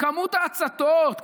כמות ההצתות,